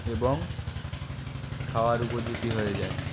এবং খাওয়ার উপযোগী হয়ে যায়